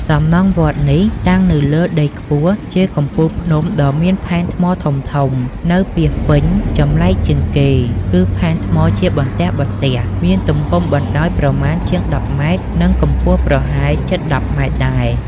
សំណង់វត្តនេះ តាំងនៅលើដីខ្ពស់ជាកំពូលភ្នំដ៏មានផែនថ្មធំៗ នៅពាសពេញចម្លែកជាងគេ គឺផែនថ្មជាបន្ទះៗ មានទំហំបណ្ដោយប្រមាណជាង ១០ ម៉ែត្រ និងកម្ពស់ប្រហែលជិតដប់ម៉ែត្រដែរ ។